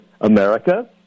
america